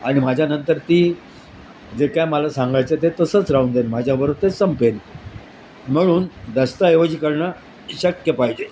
आणि माझ्यानंतर ती जे काय मला सांगायचं आहे ते तसंच राहून देईल माझ्याबरोबर ते संपेन म्हणून दस्तऐवजी करणं शक्य पाहिजे